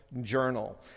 journal